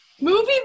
movie